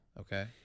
Okay